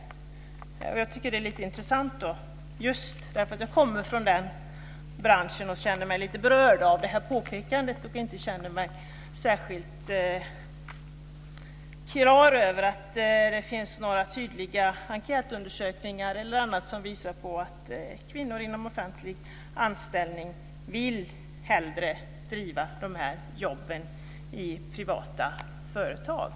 Jag tycker att detta är lite intressant just därför att jag kommer från den branschen och känner mig lite berörd av detta påpekande och inte känner mig särskilt klar över att det finns några tydliga enkätundersökningar eller annat som visar att kvinnor som är anställda inom offentlig sektor hellre vill driva detta i privata företag.